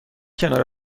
کنار